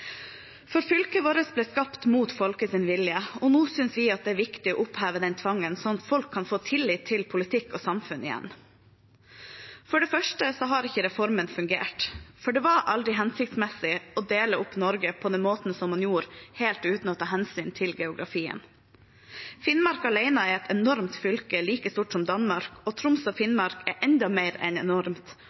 For fylket vårt ble skapt mot folkets vilje, og nå synes vi det er viktig å oppheve den tvangen, sånn at folk igjen kan få tillit til politikk og samfunn. For det første har ikke reformen fungert, for det var aldri hensiktsmessig å dele opp Norge på den måten som man gjorde, helt uten å ta hensyn til geografien. Finnmark alene er et enormt fylke, like stort som Danmark. Troms og Finnmark er enda mer enormt.